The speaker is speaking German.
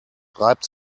reibt